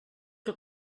que